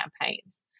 campaigns